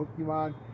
Pokemon